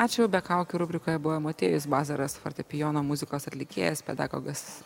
ačiū be kaukių rubrikoje buvo motiejus bazaras fortepijono muzikos atlikėjas pedagogas